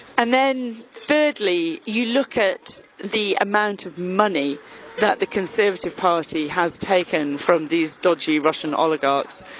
and then thirdly, you look at the amount of money that the conservative party has taken from these dodgy russian oligarchs,